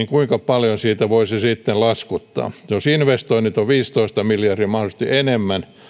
kuinka paljon siitä voisi sitten laskuttaa jos investoinnit ovat viisitoista miljardia mahdollisesti enemmän